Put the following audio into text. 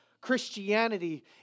Christianity